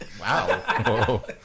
Wow